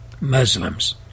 Muslims